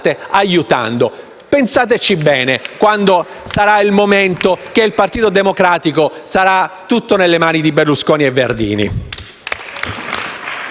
aiutando. Pensateci bene quando il Partito Democratico sarà tutto nelle mani di Berlusconi e Verdini!